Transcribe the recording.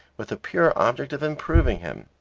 with the pure object of improving him.